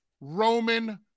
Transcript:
Roman